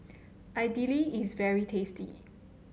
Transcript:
idili is very tasty